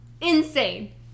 Insane